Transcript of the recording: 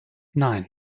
nein